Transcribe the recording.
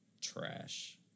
trash